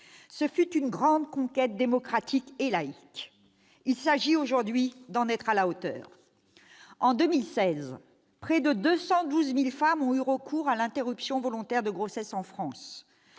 Ce fut une grande conquête démocratique et laïque. Il s'agit aujourd'hui d'en être à la hauteur. En 2016, près de 212 000 femmes ont eu recours à l'interruption volontaire de grossesse en France.